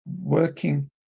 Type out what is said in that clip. Working